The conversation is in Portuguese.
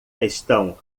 estão